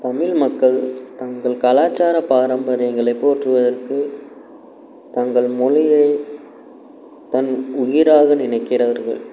தமிழ் மக்கள் தங்கள் கலாச்சார பாரம்பரியங்களை போற்றுவதற்கு தங்கள் மொழிகளை தம் உயிராக நினைக்கிறார்கள்